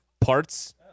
parts